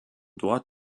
dort